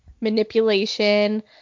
manipulation